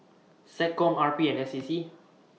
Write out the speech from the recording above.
Seccom R P and S A C